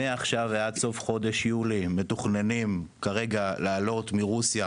מעכשיו ועד סוף חודש יולי מתוכננים לעלות מרוסיה,